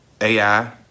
AI